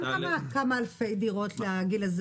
גם בהסכם של גלנט וג'קי לוי היו כמה אלפי דירות לגיל הזהב.